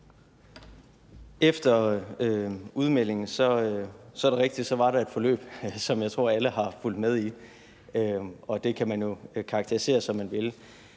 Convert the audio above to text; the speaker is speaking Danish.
efter udmeldingen var der et forløb, som jeg tror alle har fulgt med i, og det kan man jo karakterisere, som man vil.